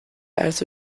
also